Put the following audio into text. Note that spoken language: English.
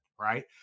right